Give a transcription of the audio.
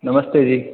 नमस्ते जी